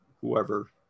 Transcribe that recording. whoever